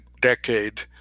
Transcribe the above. decade